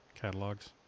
catalogs